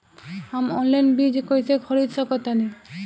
हम ऑनलाइन बीज कईसे खरीद सकतानी?